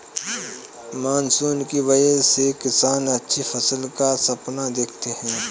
monsoon की वजह से किसान अच्छी फसल का सपना देखते हैं